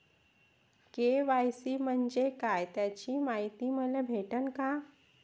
KYC म्हंजे काय त्याची मायती मले भेटन का?